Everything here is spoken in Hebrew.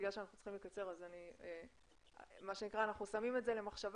בגלל שאנחנו צריכים לקצר אז מה שנקרא אנחנו שמים את זה למחשבה,